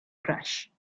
crash